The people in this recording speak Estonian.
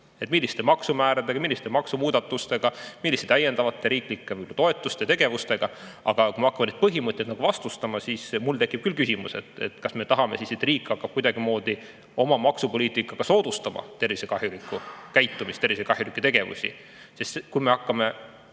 milliste maksumääradega, milliste maksumuudatustega, milliste täiendavate riiklike toetuste ja tegevustega. Aga kui me hakkame neid põhimõtteid nagu vastustama, siis mul tekib küll küsimus, kas me tahame siis, et riik hakkaks kuidagimoodi oma maksupoliitikaga soodustama tervisele kahjulikku käitumist, tervisele kahjulikke tegevusi. Kui me hakkame